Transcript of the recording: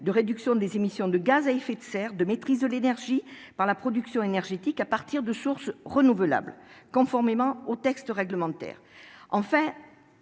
de « réduction des émissions de gaz à effet de serre, de maîtrise de l'énergie par la production énergétique à partir de sources renouvelables », conformément aux textes réglementaires.